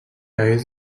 hagués